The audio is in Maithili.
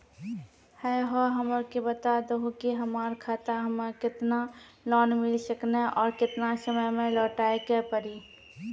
है हो हमरा के बता दहु की हमार खाता हम्मे केतना लोन मिल सकने और केतना समय मैं लौटाए के पड़ी?